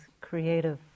creative